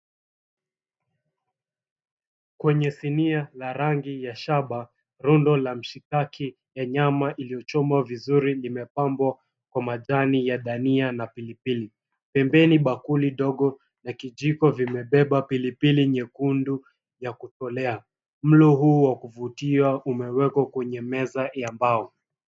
Kwenye sinia la rangi ya shaba, rondo la mshikaki ya nyama iliyochomwa vizuri limepambwa kwa majani ya dania na pilipili. Pembeni bakuli dogo na kijiko vimebeba pilipili nyekundu ya kutolea. Mlo huu wa kuvutia umewekwa kwenye meza ya mbao.